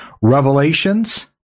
Revelations